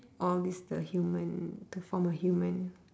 all these the human to form a human